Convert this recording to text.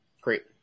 Great